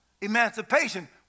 emancipation